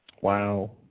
Wow